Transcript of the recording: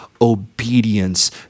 obedience